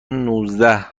نوزده